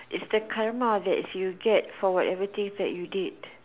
is the karma that did you get for whatever things that you did